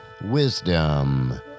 wisdom